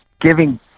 giving